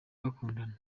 bakundana